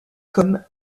comme